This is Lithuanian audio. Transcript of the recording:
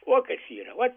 vo kas yra vat